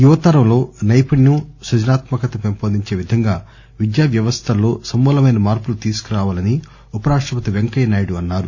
యువతరంలో నైపుణ్యం సృజనాత్మకత పెంపొందించే విధంగా విద్యా వ్యవస్లలో సమూలమైన మార్పులు తీసుకురావాలని ఉపరాష్టపతి వెంకయ్యనాయుడు అన్నారు